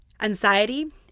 anxiety